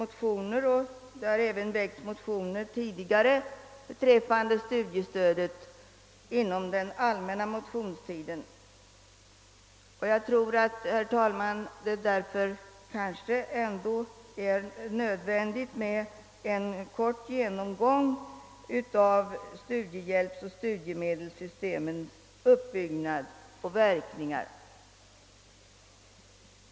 Motioner beträffande studiestödet har sålunda även väckts under den allmänna motionstiden. Jag tror därför, herr talman, att det är nödvändigt med en kort genomgång av den uppbyggnad och de verkningar som studiehjälpsoch studiemedelssystemet har.